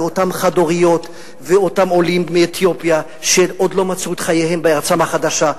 אותן חד-הוריות ואותם עולים מאתיופיה שעוד לא מצאו את חייהם בארץ החדשה,